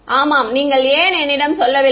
ஆமாம் நீங்கள் ஏன் என்னிடம் சொல்லவில்லை